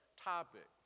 topic